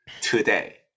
today